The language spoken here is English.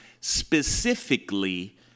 specifically